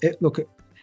look